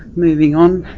moving on.